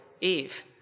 Eve